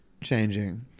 changing